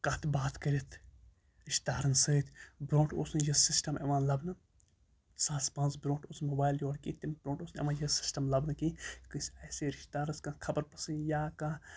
کَتھ باتھ کٔرِتھ رِشتہٕ دارَن سۭتۍ برٛونٛٹھ اوس نہٕ یہِ سِسٹَم یِوان لَبنہٕ زٕ ساس پانٛژٕ برٛونٛٹھ اوس یہِ موبایِل کینٛہہ تَمہِ برٛونٛٹھ اوس نہٕ یِوان یہِ سِسٹَم لَبنہٕ کِہیٖنۍ کٲنٛسہِ آسہِ ہے رِشتہٕ دارَس کانٛہہ خبر پرٛژھٕنۍ یا کانٛہہ